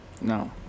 No